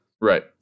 Right